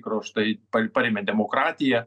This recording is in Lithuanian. kraštai parėmė demokratiją